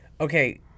Okay